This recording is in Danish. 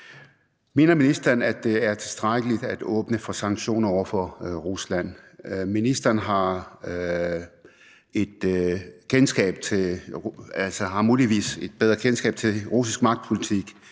Mener ministeren, at det er tilstrækkeligt at åbne for sanktioner over for Rusland? Ministeren har muligvis et bedre kendskab til russisk magtpolitik